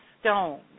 stone